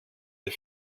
der